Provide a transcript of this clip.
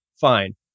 fine